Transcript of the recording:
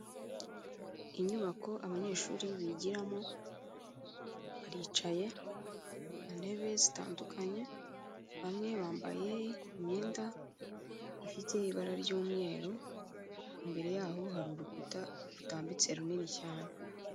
Inyubako abanyeshuri bigiramo. Baricaye ku ntebe zitandukanye. Bamwe bambaye imyenda ifite ibara ry'umweru, imbere yaho hari urukuta rutambitse runini cyane.